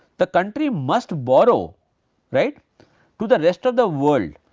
the country must borrow right to the rest of the world,